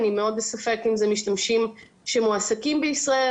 אני מאוד בספק אם זה משתמשים שמועסקים בישראל,